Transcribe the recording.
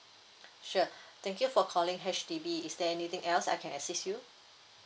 sure thank you for calling H_D_B is there anything else I can assist you